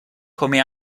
come